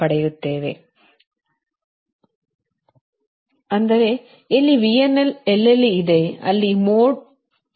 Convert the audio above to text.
RegulationVRNL |VRFL||VRFL|100 ಅಂದರೆ ಎಲ್ಲಿ VRNL ಎಲ್ಲೆಲ್ಲಿ ಇದೆ ಅಲ್ಲಿ ಮೋಡ್ ಇದೆ